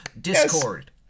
Discord